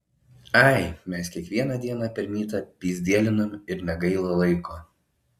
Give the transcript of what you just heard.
ai mes kiekvieną dieną per mytą pyzdėlinam ir negaila laiko